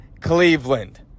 Cleveland